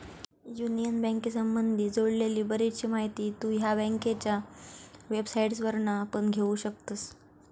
union बँकेसंबधी जोडलेली बरीचशी माहिती तु ह्या बँकेच्या वेबसाईटवरना पण घेउ शकतस